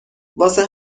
واسه